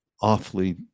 awfully